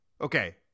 Okay